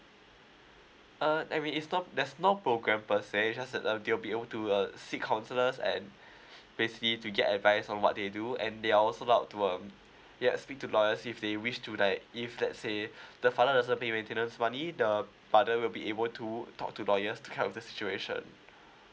uh I mean it's not there's no program per se just uh they will be able to uh seek counsellors and basically to get advice on what they do and they are also allow to um get speak to lawyer if they wish to like if let say the father doesn't pay maintenance money the mother will be able to talk to lawyers kind of this situation